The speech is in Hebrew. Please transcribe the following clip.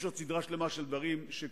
יש עוד סדרה שלמה של דברים שקורים: